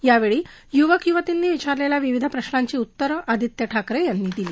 यावेळी युवक युवतींनी विचारलेल्या विविध प्रश्नांची उत्तरं आदित्य ठाकरे यांनी दिली